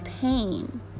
pain